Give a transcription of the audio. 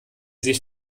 sich